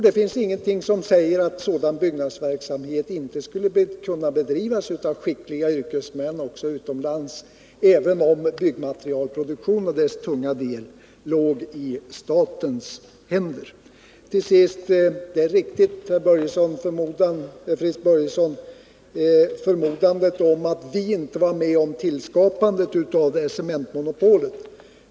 Det finns ingenting som säger att sådan byggnadsverksamhet inte skulle kunna bedrivas av skickliga yrkesmän också utomlands även om den tunga delen av byggmaterialproduktionen låg i statens händer. Till sist! Fritz Börjessons förmodan att vi inte var med om skapandet av cementmonopolet är riktig.